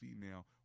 female